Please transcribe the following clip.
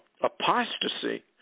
apostasy